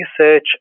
research